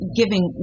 giving